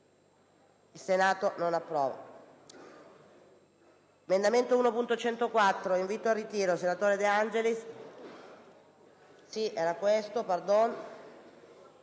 **Il Senato non approva.**